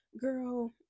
girl